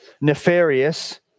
Nefarious